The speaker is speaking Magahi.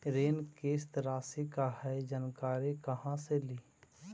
ऋण किस्त रासि का हई जानकारी कहाँ से ली?